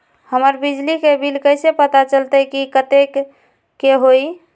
हमर बिजली के बिल कैसे पता चलतै की कतेइक के होई?